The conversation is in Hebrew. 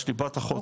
יש לי בת אחות,